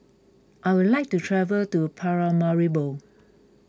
I would like to travel to Paramaribo